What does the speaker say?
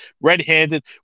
red-handed